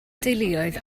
deuluoedd